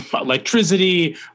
electricity